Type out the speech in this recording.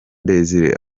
desire